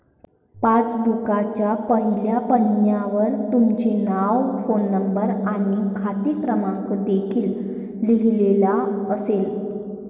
पासबुकच्या पहिल्या पानावर तुमचे नाव, फोन नंबर आणि खाते क्रमांक देखील लिहिलेला असेल